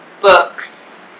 Books